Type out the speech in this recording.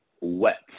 wet